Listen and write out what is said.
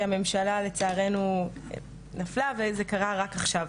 הממשלה לצערנו נפלה וזה קרה רק עכשיו.